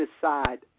decide